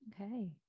Okay